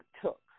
took